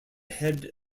head